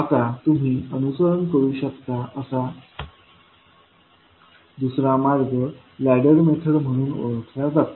आता तुम्ही अनुसरण करू शकता असा दुसरा मार्ग लॅडर मेथड म्हणून ओळखला जातो